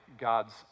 god's